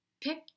pick